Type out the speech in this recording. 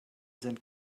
sind